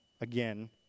again